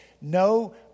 No